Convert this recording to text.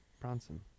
Bronson